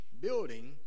building